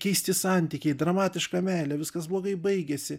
keisti santykiai dramatiška meilė viskas blogai baigėsi